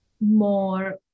more